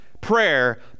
prayer